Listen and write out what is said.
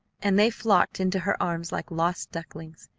and they flocked into her arms like lost ducklings.